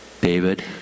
David